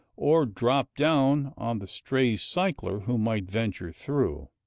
or drop down on the stray cycler who might venture through.